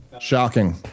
Shocking